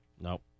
Nope